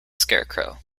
scarecrow